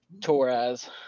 Torres